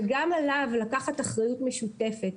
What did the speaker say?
וגם עליו לקחת אחריות משותפת,